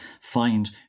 find